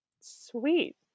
Sweet